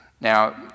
now